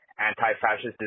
anti-fascist